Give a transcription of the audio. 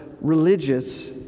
religious